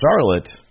Charlotte